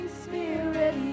spirit